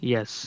Yes